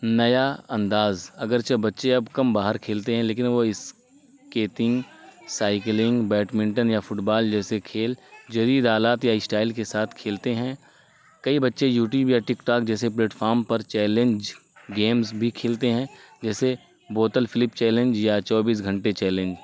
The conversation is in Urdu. نیا انداز اگرچب بچے اب کم باہر کھیلتے ہیں لیکن وہ اسکیٹنگ سائیکلنگ بیڈمنٹن یا فٹ بال جیسے کھیل جدیدآلات یا اسٹائل کے ساتھ کھیلتے ہیں کئی بچے یو ٹیوب یا ٹک ٹاک جیسے پلیٹفارم پر چیلنج گیمز بھی کھیلتے ہیں جیسے بوتل فلپ چیلنج یا چوبیس گھنٹے چیلنج